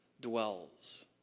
dwells